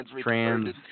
Trans